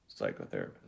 psychotherapist